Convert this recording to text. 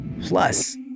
plus